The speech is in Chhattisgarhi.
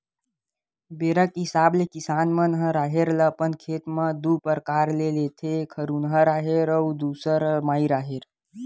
बेरा के हिसाब ले किसान मन ह राहेर ल अपन खेत म दू परकार ले लेथे एक हरहुना राहेर अउ दूसर माई राहेर